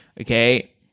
Okay